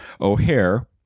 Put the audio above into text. O'Hare